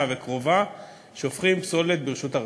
וקרובה שופכים פסולת ברשות הרבים.